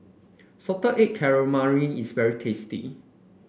Salted Egg Calamari is very tasty